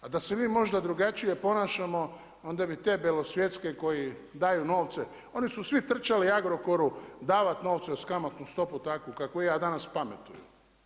A da se vi možda drugačije ponašamo onda bi te belosvjetske koji daju novce, oni su svi trčali Agrokoru davat novce uz kamatnu stopu takvu kakvu je, a danas pametuju.